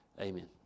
Amen